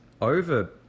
over